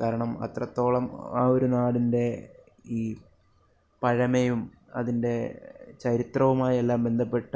കാരണം അത്രത്തോളം ആ ഒരു നാടിൻ്റെ ഈ പഴമയും അതിൻ്റെ ചരിത്രവുമായി എല്ലാം ബന്ധപ്പെട്ട